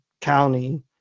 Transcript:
county